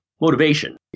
motivation